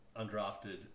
undrafted